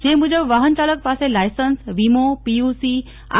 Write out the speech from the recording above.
જે મુજબ વાહનચાલક પાસે લાયસન્સ વીમો પીયુસી આર